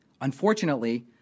Unfortunately